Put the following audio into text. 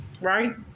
Right